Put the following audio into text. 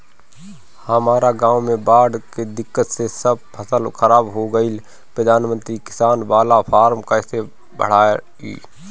हमरा गांव मे बॉढ़ के दिक्कत से सब फसल खराब हो गईल प्रधानमंत्री किसान बाला फर्म कैसे भड़ाई?